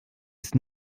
ist